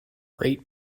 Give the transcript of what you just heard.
rate